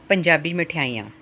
ਪੰਜਾਬੀ ਮਠਿਆਈਆਂ